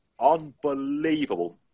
Unbelievable